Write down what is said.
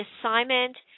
assignment –